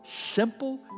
simple